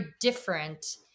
different